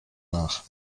nach